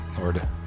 Lord